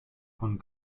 von